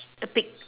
a pig